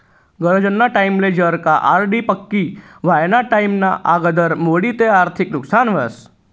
गरजना टाईमले जर का आर.डी पक्की व्हवाना टाईमना आगदर मोडी ते आर्थिक नुकसान व्हस